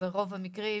ברוב המקרים